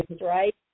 right